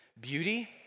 beauty